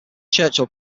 churchill